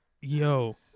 Yo